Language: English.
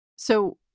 so